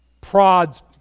prods